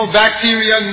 bacteria